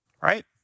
Right